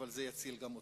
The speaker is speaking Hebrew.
אבל זה יציל גם אתכם.